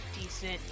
decent